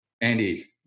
Andy